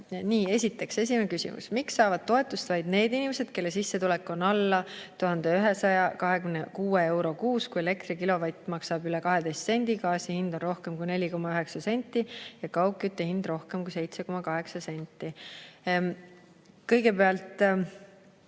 Nii, esiteks, esimene küsimus: "Miks saavad toetust vaid need inimesed, kelle sissetulek on alla 1126 euro kuus, kui elektri kW maksab üle 12 sendi, gaasi hind on rohkem kui 4,9 senti ja kaugkütte hind rohkem kui 7,8 senti?" Kõigepealt,